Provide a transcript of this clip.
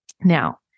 Now